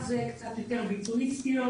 ביצועיסטיות.